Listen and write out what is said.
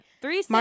Three